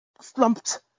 slumped